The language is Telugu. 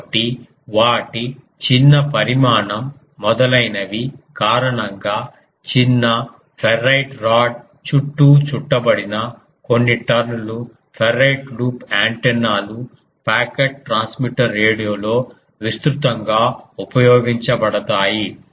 కాబట్టి వాటి చిన్న పరిమాణం మొదలైనవి కారణంగా చిన్న ఫెర్రైట్ రాడ్ చుట్టూ చుట్టబడిన కొన్ని టర్న్ లు ఫెర్రైట్ లూప్ యాంటెన్నా లు పాకెట్ ట్రాన్స్మిటర్ రేడియోలో విస్తృతంగా ఉపయోగించబడతాయి